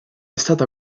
stata